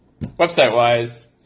website-wise